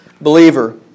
Believer